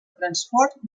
transport